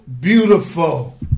beautiful